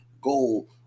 goal